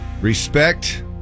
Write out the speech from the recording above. respect